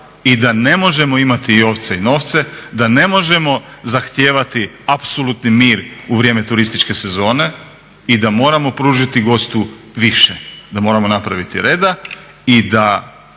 i da ne možemo imati i ovce i novce, da ne možemo zahtijevati apsolutni mir u vrijeme turističke sezone i da moramo pružiti gostu više, da moramo napraviti reda i da